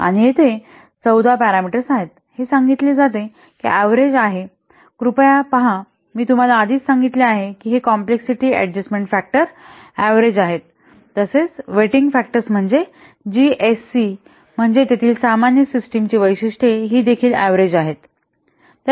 आणि येथे 14 पॅरामीटर्स आहेत हे सांगितले जाते की हे ऍव्हरेज आहे कृपया पहा मी तुम्हाला आधीच सांगितले आहे की हे कॉम्प्लेक्सिटी अडजस्टमेन्ट फॅक्टर ऍव्हरेज आहेत तसेच वेटिंग फॅक्टरस म्हणजे जीएससी म्हणजे तेथील सामान्य सिस्टिम ची वैशिष्ट्ये ही देखील ऍव्हरेज आहेत